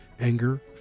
anger